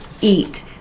eat